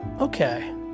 Okay